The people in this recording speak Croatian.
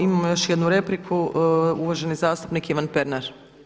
Imamo još jednu repliku, uvaženi zastupnik Ivan Pernar.